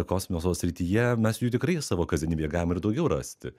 kosmoso srityje mes jų tikrai savo kasdienybėje galim ir daugiau rasti